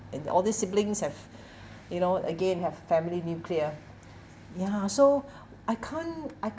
and all these siblings have you know again have family nuclear ya so I can't I